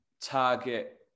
target